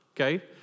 okay